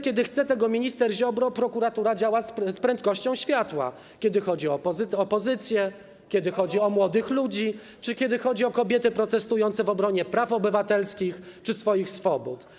Kiedy chce tego minister Ziobro, prokuratura działa z prędkością światła, np. wtedy, kiedy chodzi o opozycję, kiedy chodzi o młodych ludzi czy kiedy chodzi o kobiety protestujące w obronie praw obywatelskich czy swoich swobód.